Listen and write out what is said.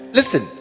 Listen